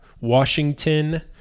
Washington